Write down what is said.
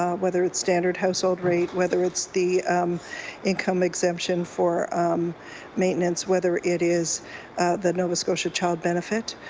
ah whether it's standard household rate. whether it's the income exemption for maintenance, whether it is the nova scotia child benefit,